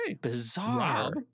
Bizarre